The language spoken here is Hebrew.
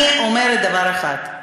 אני אומרת דבר אחד: